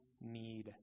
need